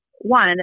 one